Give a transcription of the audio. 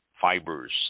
fibers